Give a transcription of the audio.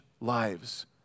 lives